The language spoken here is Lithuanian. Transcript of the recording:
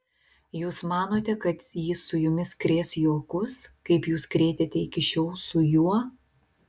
jūs manote kad jis su jumis krės juokus kaip jūs krėtėte iki šiol su juo